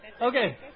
Okay